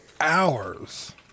hours